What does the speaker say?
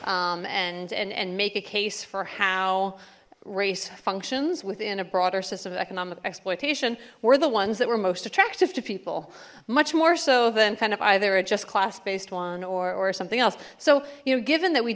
together and and make a case for how race functions within a broader system of economic exploitation we're the ones that were most attractive to people much more so than kind of either at just class based one or something else so you know given that we